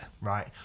right